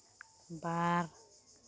ᱵᱟᱨ